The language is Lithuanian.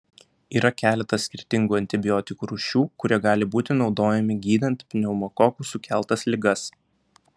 yra keletas skirtingų antibiotikų rūšių kurie gali būti naudojami gydant pneumokokų sukeltas ligas